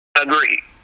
Agree